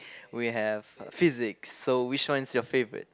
we have physics so which one's your favorite